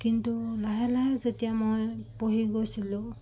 কিন্তু লাহে লাহে যেতিয়া মই পঢ়ি গৈছিলোঁ